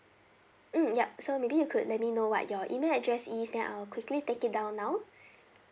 mm yup so maybe you could let me know what your email address is then I'll quickly take it down now